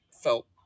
felt